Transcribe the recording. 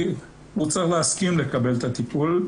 הוא צריך להסכים לקבל את הטיפול,